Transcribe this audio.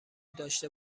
داشته